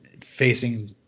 facing